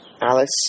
Alice